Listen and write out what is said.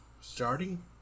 starting